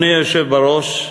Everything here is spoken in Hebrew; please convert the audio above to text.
אדוני היושב בראש,